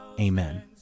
Amen